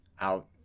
out